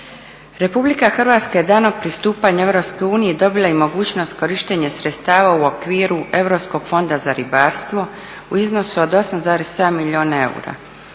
RH je danom pristupanja EU dobila i mogućnost korištenja sredstava u okviru Europskog fonda za ribarstvo u iznosu od 8,7 milijuna eura.